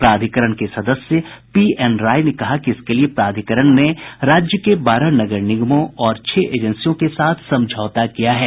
प्राधिकरण के सदस्य पी एन राय ने कहा कि इसके लिए प्राधिकरण ने राज्य के बारह नगर निगमों और छह एजेंसियों के साथ समझौता किया है